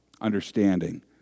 understanding